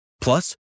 Plus